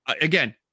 Again